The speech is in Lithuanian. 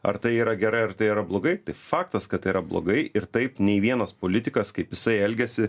ar tai yra gerai ar tai yra blogai tai faktas kad tai yra blogai ir taip nei vienas politikas kaip jisai elgiasi